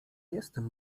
jestem